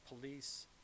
police